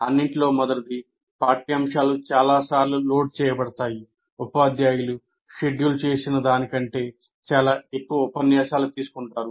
అన్నింటిలో మొదటిది పాఠ్యాంశాలు చాలాసార్లు లోడ్ చేయబడతాయి ఉపాధ్యాయులు షెడ్యూల్ చేసినదానికంటే చాలా ఎక్కువ ఉపన్యాసాలు తీసుకుంటారు